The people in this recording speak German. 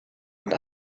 und